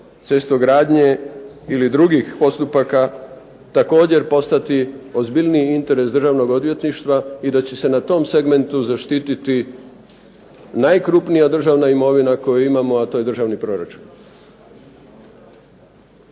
cestogradnje ili drugih postupaka također postati ozbiljniji interes Državnog odvjetništva i da će se na tom segmentu zaštititi najkrupnija državna imovina koju imamo, a to je državni proračun.